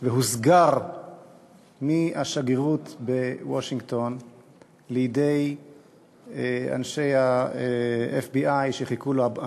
והוסגר מהשגרירות בוושינגטון לידי אנשי ה-FBI שחיכו לו,